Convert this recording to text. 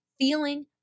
feeling